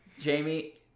Jamie